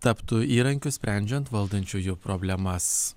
taptų įrankiu sprendžiant valdančiųjų problemas